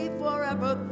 forever